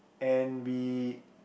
and we